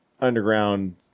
underground